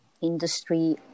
industry